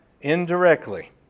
indirectly